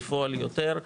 בפועל יותר.